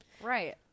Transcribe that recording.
right